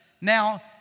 Now